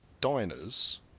Diners